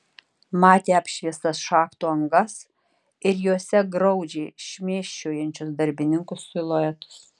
matė apšviestas šachtų angas ir jose graudžiai šmėsčiojančius darbininkų siluetus